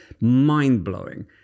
mind-blowing